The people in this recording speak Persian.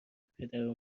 پدرو